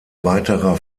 weiterer